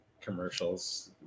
commercials